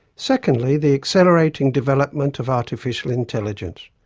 secondly the accelerating development of artificial intelligence.